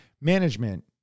Management